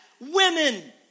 women